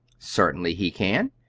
certainly he can.